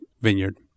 Vineyard